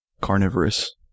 carnivorous